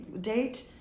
date